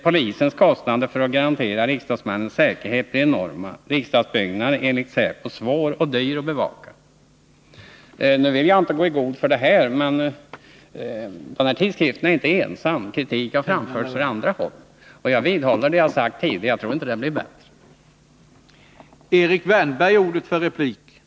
Polisens kostnader för att garantera riksdagsmännens säkerhet blir enorma; riksdagsbyggnaden är enligt Säpo svår och dyr att bevaka.” Jag vill inte gå i god för detta, men den här tidskriften är inte ensam om att anföra kritik. Sådan har framfört även från andra håll. Jag vidhåller vad jag sagt tidigare: Jag tror inte att det kommer att bli bättre med den här flyttningen.